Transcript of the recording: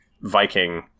Viking